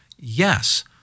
Yes